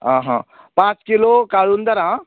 हा हा पांच किलो काळुंदरा